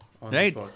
Right